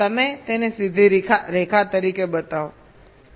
તમે તેને સીધી રેખા તરીકે બતાવો